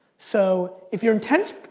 so, if your intent's,